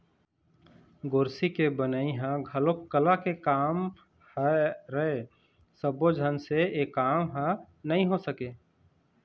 गोरसी के बनई ह घलोक कला के काम हरय सब्बो झन से ए काम ह नइ हो सके